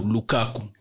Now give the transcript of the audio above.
Lukaku